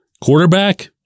Quarterback